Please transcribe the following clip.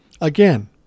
Again